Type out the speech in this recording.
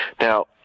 Now